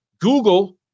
Google